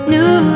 New